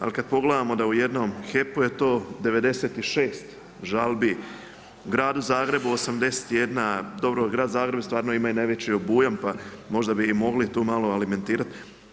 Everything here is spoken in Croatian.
Ali kada pogledamo da u jednom HEP-u je to 96 žalbi, gradu Zagrebu 81, dobro grad Zagreb stvarno ima i najveći obujam pa možda bi i mogli tu malo alimentirati.